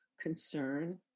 concern